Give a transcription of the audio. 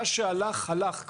מה שהלך, הלך כבר,